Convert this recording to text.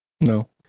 No